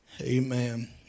Amen